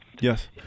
Yes